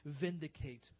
vindicate